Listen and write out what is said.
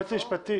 היועץ המשפטי